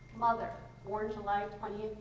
mother born july twenty,